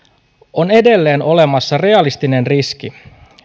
on edelleen olemassa realistinen riski